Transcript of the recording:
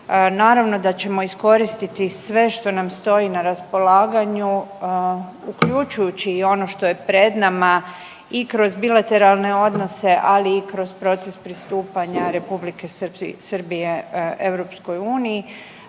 naravno da ćemo iskoristiti sve što nam stoji na raspolaganju, uključujući i ono što je pred nama i kroz bilateralne odnose, ali i kroz proces pristupanja R. Srbije EU-i,